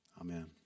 Amen